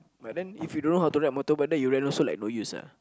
but then if you don't know how to ride motorbike then you rent also like no use ah